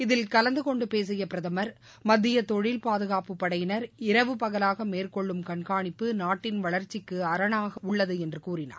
இதில் கலந்துகொண்டு பேசிய பிரதமர் மத்திய தொழில் பாதுகாப்பு படையினர் இரவு பகலாக மேற்கொள்ளும் கண்காணிப்பு நாட்டின வளர்ச்சிக்கு அரணாக உள்ளது என்று கூறினார்